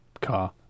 car